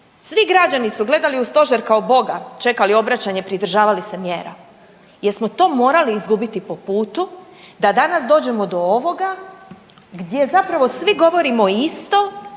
svi građani su gledali u stožer kao Boga, čekali obraćanje, pridržavali se mjera. Jel smo to morali izgubiti po putu da danas dođemo do ovoga gdje zapravo svi govorimo isto